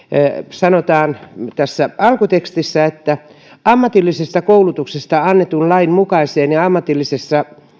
sanotaan alkutekstissä ammatillisesta koulutuksesta annetun lain mukaiseen ja ammatillisesta